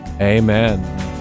Amen